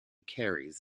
carries